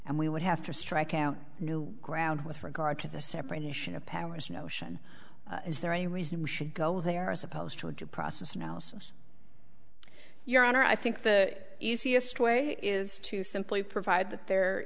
and we would have to strike out new ground with regard to the separation of powers notion is there a reason we should go there as opposed to a good process analysis your honor i think the easiest way is to simply provide that there